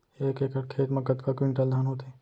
एक एकड़ खेत मा कतका क्विंटल धान होथे?